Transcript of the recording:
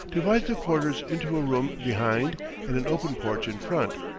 divides the quarters into a room behind and an open porch in front.